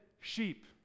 sheep